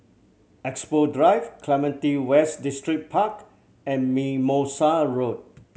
Expo Drive Clementi West Distripark and Mimosa Road